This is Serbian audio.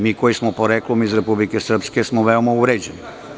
Mi koji smo poreklom iz Republike Srpske smo veoma uvređeni.